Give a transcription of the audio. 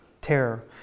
terror